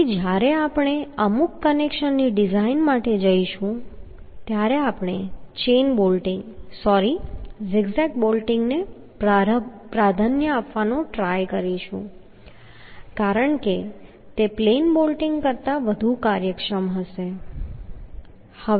તેથી જ્યારે આપણે અમુક કનેક્શનની ડીઝાઈન માટે જઈશું ત્યારે આપણે chain bolting sorry zig zag બોલ્ટીંગને પ્રાધાન્ય આપવાનો પ્રયત્ન કરીશું કારણ કે તે પ્લેન બોલ્ટીંગ કરતાં વધુ કાર્યક્ષમ હશે